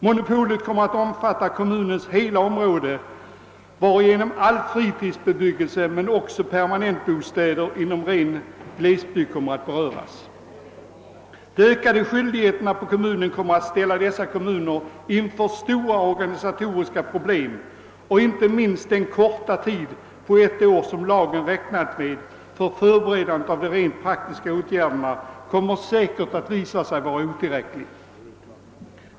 Monopolet kommer att omfatta kommunens hela område, varigenom all fritidsbebyggelse men också permanentbostäder inom ren glesbygd berörs. De ökade skyldigheterna för kommunerna kommer att ställa dessa inför stora organisatoriska problem, och den tid på ett år som man i lagen räknar med för förberedande av de rent praktiska åtgärderna kommer säkerligen att visa sig otillräcklig.